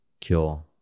cure